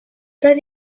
roedd